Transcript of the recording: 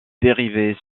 dérivées